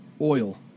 oil